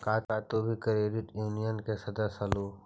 का तुम भी क्रेडिट यूनियन के सदस्य हलहुं?